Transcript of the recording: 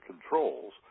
controls